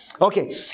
Okay